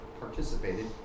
participated